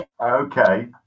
Okay